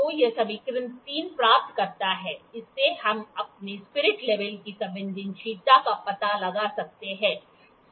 तो यह समीकरण 3 प्राप्त करता है इससे हम अपने स्पिरिट लेवल की संवेदनशीलता का पता लगा सकते हैं